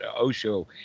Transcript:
Osho